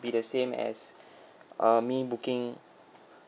be the same as err me booking